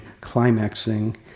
climaxing